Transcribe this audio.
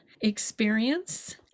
experience